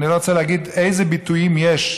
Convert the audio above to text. אני לא רוצה להגיד איזה ביטויים יש,